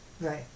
Right